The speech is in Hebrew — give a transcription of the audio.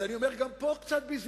אז אני אומר, גם פה קצת בזהירות.